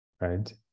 right